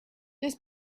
this